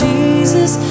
Jesus